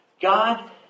God